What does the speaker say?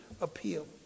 appeal